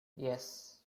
yes